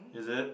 is it